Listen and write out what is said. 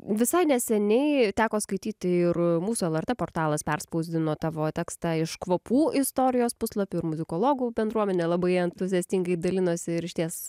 visai neseniai teko skaityti ir mūsų lrt portalas perspausdino tavo tekstą iš kvapų istorijos puslapių ir muzikologų bendruomenė labai entuziastingai dalinosi ir išties